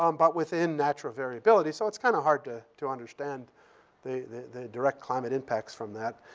um but within natural variability, so it's kind of hard to to understand the the direct climate impacts from that.